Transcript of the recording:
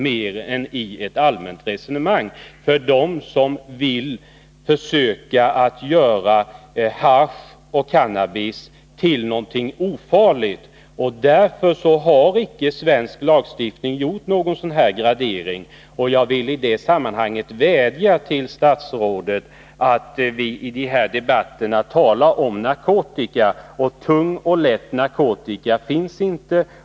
Det är bara så att vissa vill göra gällande att hasch och cannabis är ofarligt och därför rent allmänt resonerar på detta sätt. Därför har man i svensk lagstiftning icke gjort någon sådan här gradering. Jag vill vädja till statsrådet att i dessa debatter tala om narkotika. Tung och lätt narkotika finns inte.